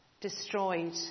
destroyed